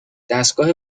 دستگاه